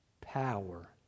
power